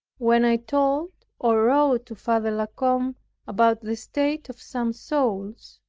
when i told, or wrote to father la combe about the state of some souls,